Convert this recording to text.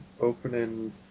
opening